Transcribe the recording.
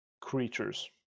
creatures